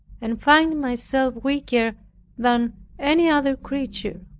and find myself weaker than any other creature.